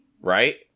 Right